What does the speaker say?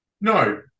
No